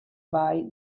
buy